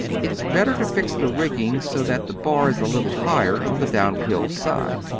it's better to fix the rigging so that the bar is a little higher on the downhill side.